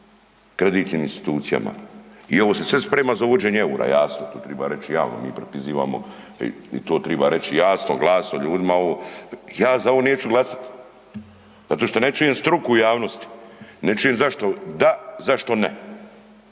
kreditnim institucijama i ovo se sve sprema za uvođenje eura, jasno to triba reći javno, mi … i to treba reći jasno i glasno ljudima. Ja za ovo neću glasati zato što ne čujem struku u javnosti, ne čujem zašto da, zašto ne,